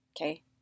okay